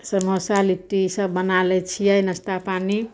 समोसा लिट्टी ईसब बना लै छिए नाश्ता पानी